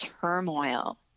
turmoil